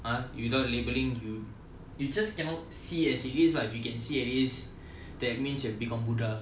!huh! without labeling you you just cannot see as it is lah if you can see as it is that means you have become buddha